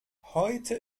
heute